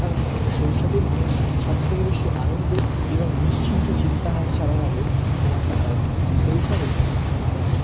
কারণ শৈশবে মানুষ সবথেকে বেশি আনন্দ এবং নিশ্চিন্ত চিন্তাহার ছাড়া ভাবে সময় কাটায় শৈশবে মানুষ